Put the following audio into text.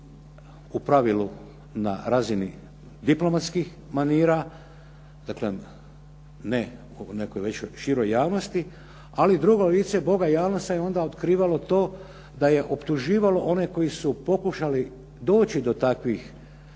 u pravilu na razini diplomatskih manira dakle ne u nekoj široj javnosti. Ali drugo lice boga Janusa je onda otkrivalo to da je optuživalo one koji su pokušali doći na tim